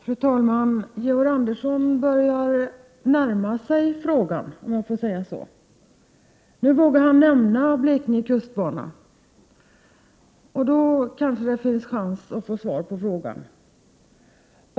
Fru talman! Georg Andersson börjar närma sig frågan, om man får säga så. Nu vågar han nämna Blekingebanan. Då kanske det finns chans en att få svar på frågan.